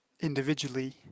individually